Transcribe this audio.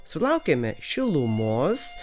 sulaukėme šilumos